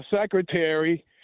secretary